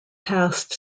passed